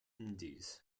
indies